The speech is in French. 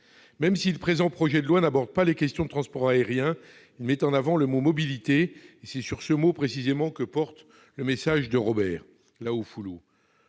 Si le présent projet de loi n'aborde pas les questions de transport aérien, il met en avant le mot « mobilité »; c'est sur ce mot, précisément, que porte le message de Robert Laufoaulu.